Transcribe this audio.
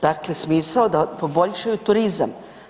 Dakle, smisao da poboljšaju turizam.